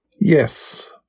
Yes